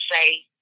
say